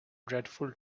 dreadful